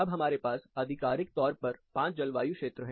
अब हमारे पास आधिकारिक तौर पर 5 जलवायु क्षेत्र हैं